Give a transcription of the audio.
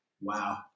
Wow